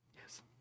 Yes